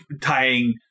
Tying